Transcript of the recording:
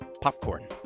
popcorn